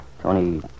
Tony